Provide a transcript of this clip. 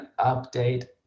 update